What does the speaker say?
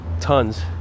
tons